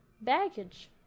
baggage